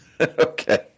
okay